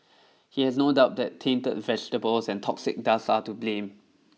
he has no doubt that tainted vegetables and toxic dust are to blame